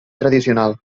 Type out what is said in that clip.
tradicional